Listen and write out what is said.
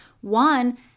one